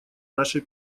наши